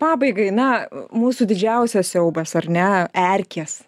pabaigai na mūsų didžiausias siaubas ar ne erkės